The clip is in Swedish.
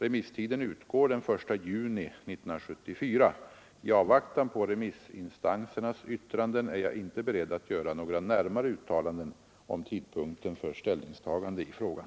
Remisstiden utgår den 1 juni 1974. I avvaktan på remissinstansernas yttranden är jag inte beredd att göra några närmare uttalanden om tidpunkten för ställningstagandet i frågan.